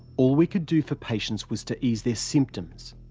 all we could do for patients was to ease their symptoms.